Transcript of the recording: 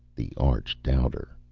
the arch-doubter,